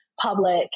public